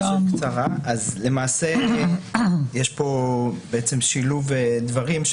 רק בקצרה למעשה, יש פה שילוב דברים.